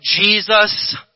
Jesus